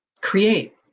Create